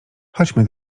chodźmy